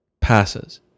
passes